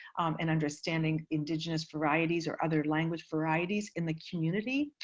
and understanding indigenous varieties or other language varieties in the community.